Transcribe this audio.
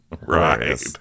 Right